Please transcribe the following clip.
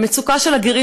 המצוקה של הגרים,